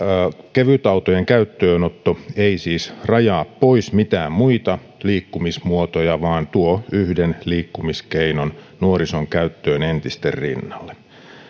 kevytautojen käyttöönotto ei siis rajaa pois mitään muita liikkumismuotoja vaan tuo yhden liikkumiskeinon nuorison käyttöön entisten rinnalle